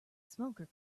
smoker